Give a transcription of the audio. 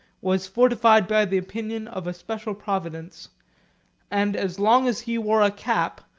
was fortified by the opinion of a special providence and as long as he wore a cap,